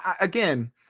again